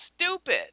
stupid